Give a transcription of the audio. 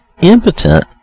impotent